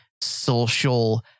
social